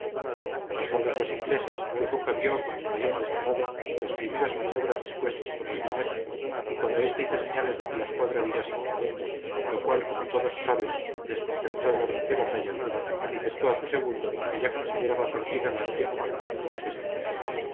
mar avistados los ingleses churruca vio con el mayor desagrado las primeras maniobras dispuestas por villeneuve y cuando éste hizo señales de que la escuadra virase en redondo lo cual como todos saben desconcertó el orden de batalla manifestó a su segundo que ya consideraba perdida la acción con tan torpe estrategia